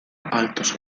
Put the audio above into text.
altos